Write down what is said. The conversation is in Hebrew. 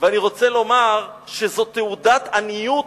ואני רוצה לומר שזו תעודת עניות